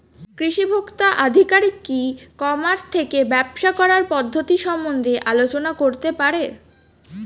কৃষি ভোক্তা আধিকারিক কি ই কর্মাস থেকে ব্যবসা করার পদ্ধতি সম্বন্ধে আলোচনা করতে পারে?